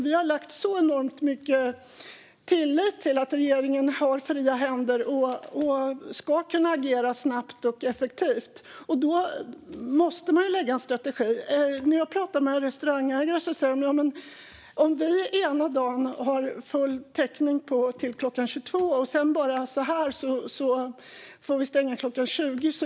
Vi har satt stor tillit till regeringen, som har fria händer och ska kunna agera snabbt och effektivt. Då måste man lägga fast en strategi. När jag talar med restaurangägare säger de att det får stora konsekvenser om de ena dagen är fulltecknade till klockan 22 och nästa dag plötsligt blir tvungna att stänga klockan 20.